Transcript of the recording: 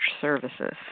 Services